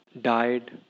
died